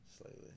slightly